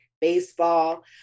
baseball